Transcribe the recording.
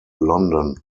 london